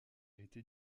été